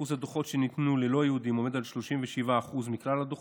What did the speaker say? אחוז הדוחות שניתנו ללא יהודים עומד על 37% מכלל הדוחות,